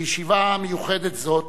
בישיבה מיוחדת זאת,